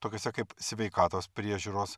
tokiose kaip sveikatos priežiūros